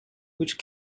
which